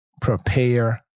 prepare